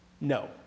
No